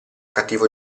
cattivo